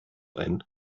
ein